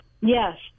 Yes